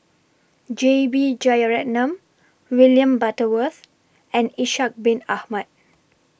J B Jeyaretnam William Butterworth and Ishak Bin Ahmad